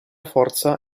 forza